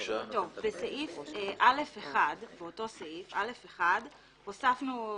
המשטרה -- בסעיף (א1) הוספנו,